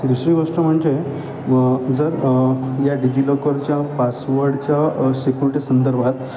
दुसरी गोष्ट म्हणजे जर या डिजीलॉकरच्या पासवर्डच्या सिक्युरिटी संदर्भात